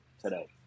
today